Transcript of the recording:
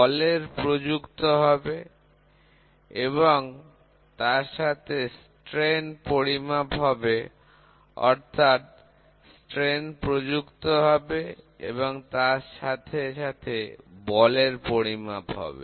বলের প্রযুক্ত হবে এবং তার সাথে বিকৃতির পরিমাপ হবে অথবা ট্রেন প্রযুক্ত হবে এবং তার সাথে বল পরিমাপ হবে